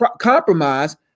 compromise